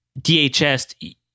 DHS